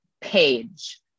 page